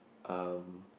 um